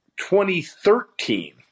2013